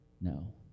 No